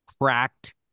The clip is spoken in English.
cracked